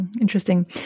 interesting